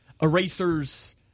erasers